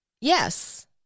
Yes